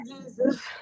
Jesus